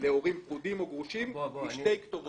להורים פרודים או גרושים בשתי כתובות.